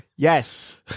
Yes